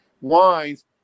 wines